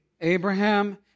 Abraham